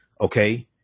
okay